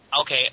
Okay